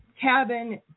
cabin